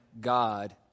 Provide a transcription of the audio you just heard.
God